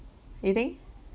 you think